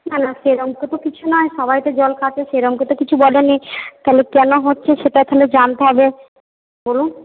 না না সেরকম তো কিছু তো নয় সবাই তো জল খাচ্ছে সেরকম তো কিছু বলেনি তাহলে কেন হচ্ছে সেটা তাহলে জানতে হবে বলুন